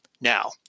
Now